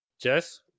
Jess